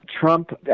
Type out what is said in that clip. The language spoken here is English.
Trump